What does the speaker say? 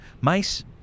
mice